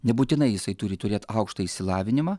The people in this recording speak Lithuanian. nebūtinai jisai turi turėt aukštą išsilavinimą